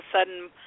sudden